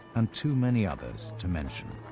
and too many others to mention.